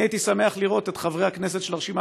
אני הייתי שמח לראות את חברי הכנסת של הרשימה